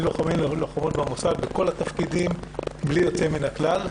לוחמים ללוחמות במוסד בכל התפקידים בלי יוצא מן הכלל.